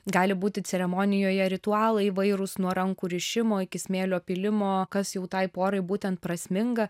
gali būti ceremonijoje ritualai įvairūs nuo rankų rišimo iki smėlio pylimo kas jau tai porai būtent prasminga